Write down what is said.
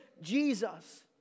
Jesus